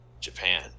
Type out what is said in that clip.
japan